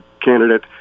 candidate